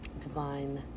divine